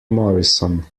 morrison